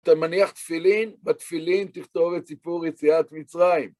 אתה מניח תפילין, בתפילין תכתוב את סיפור יציאת מצרים.